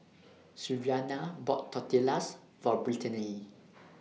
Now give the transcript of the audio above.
Sylvania bought Tortillas For Britany